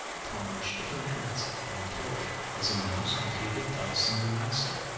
upon which different hands had been employed, as in those completed by a single master.